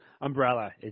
umbrella